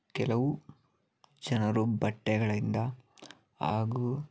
ಕೆಲವು ಜನರು ಬಟ್ಟೆಗಳಿಂದ ಹಾಗೂ